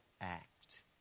act